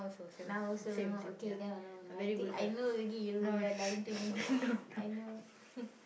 now also no okay now no no I think I know already you you are lying to me I know